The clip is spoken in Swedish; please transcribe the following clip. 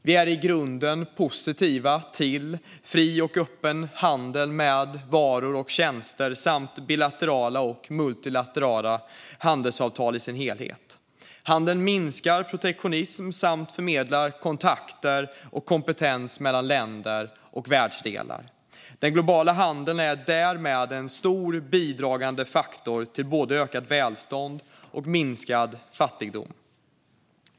Vi är i grunden positiva till fri och öppen handel med varor och tjänster samt till bilaterala och multilaterala handelsavtal i sin helhet. Handeln minskar protektionism samt förmedlar kontakter och kompetens mellan länder och världsdelar. Den globala handeln är därmed en stor bidragande faktor till både ökat välstånd och minskad fattigdom.